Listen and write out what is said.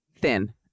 thin